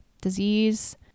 disease